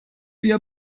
wir